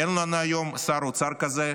אין לנו היום שר אוצר כזה,